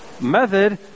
Method